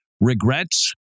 Regrets